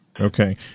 Okay